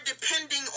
depending